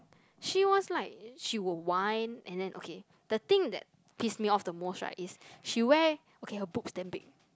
she was like she will whine and then okay the thing that piss me off the most right is she wear okay her boobs damn big